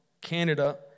Canada